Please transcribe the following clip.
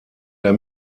der